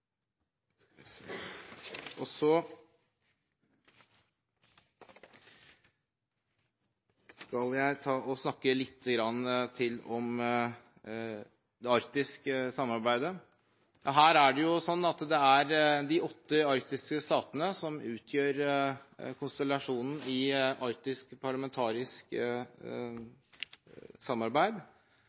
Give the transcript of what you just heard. Så skal jeg snakke lite grann til om det arktiske samarbeidet. Det er de åtte arktiske statene som utgjør konstellasjonen i arktisk parlamentarisk samarbeid.